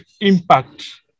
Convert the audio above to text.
impact